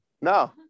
no